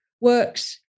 works